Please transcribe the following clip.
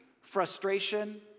frustration